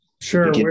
Sure